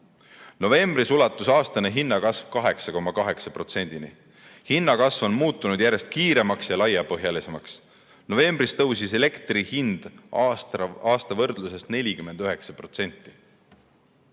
Novembris ulatus aastane hinnakasv 8,8%-ni. Hinnakasv on muutunud järjest kiiremaks ja laiapõhjalisemaks. Novembris tõusis elektrihind aasta võrdluses